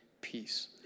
peace